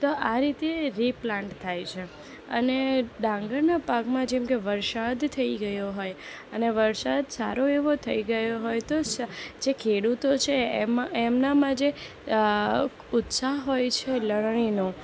તો આ રીતે રીપ્લાન્ટ થાય છે અને ડાંગરના પાકમાં જેમ કે વરસાદ થઇ ગયો હોય અને વરસાદ સારો એવો થઇ ગયો હોય તો જે ખેડૂતો છે એમાં એમનામાં જે ઉત્સાહ હોય છે લણણીનો